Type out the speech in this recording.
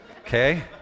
Okay